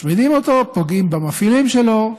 משמידים אותו, פוגעים במפעילים שלו,